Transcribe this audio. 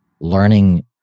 learning